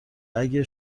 اگه